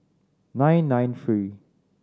nine nine three